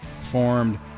formed